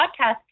podcast